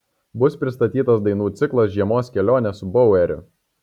bus pristatytas dainų ciklas žiemos kelionė su baueriu